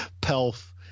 Pelf